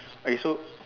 okay so